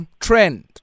trend